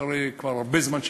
כבר הרבה זמן,